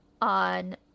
on